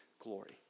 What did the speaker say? glory